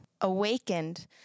awakened